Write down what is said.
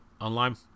online